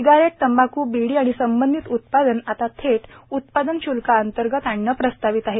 cigarette तंबाख् बीडी आणि संबंधीत उत्पादन आता थेट उत्पादन शुल्काअंतर्गत आणणं प्रस्तावित आहे